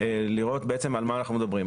לראות בעצם על מה אנחנו מדברים,